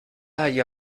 haya